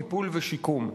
טיפול ושיקום.